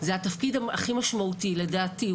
זה התפקיד הכי משמעותי לדעתי,